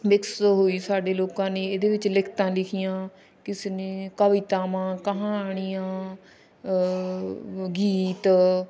mix ਹੋਈ ਸਾਡੇ ਲੋਕਾਂ ਨੇ ਇਹਦੇ ਵਿੱਚ ਲਿਖਤਾਂ ਲਿਖੀਆਂ ਕਿਸੇ ਨੇ ਕਵਿਤਾਵਾਂ ਕਹਾਣੀਆਂ ਗੀਤ